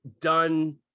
done